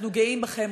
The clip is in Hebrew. אנחנו גאים בכם,